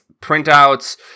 printouts